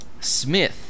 Smith